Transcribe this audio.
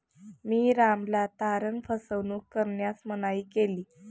मी रामला तारण फसवणूक करण्यास मनाई केली होती